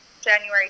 january